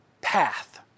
path